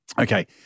Okay